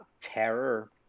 terror